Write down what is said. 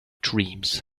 dreams